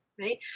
right